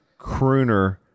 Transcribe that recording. crooner